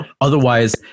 Otherwise